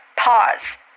pause